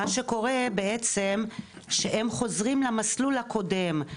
מה שקורה בעצם שהם חוזרים למסלול הקודם.